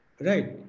right